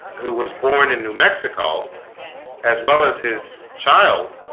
who was born in new mexico as well as his child